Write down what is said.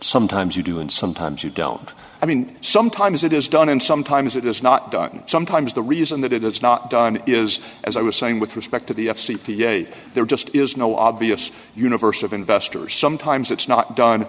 sometimes you do and sometimes you don't i mean sometimes it is done and sometimes it is not done sometimes the reason that it's not done is as i was saying with respect to the f c p a there just is no obvious universe of investors sometimes it's not done